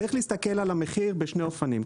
צריך להסתכל על המחיר בשני אופנים.